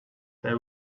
they